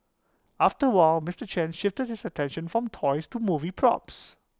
after while Mister chan shifted his attention from toys to movie props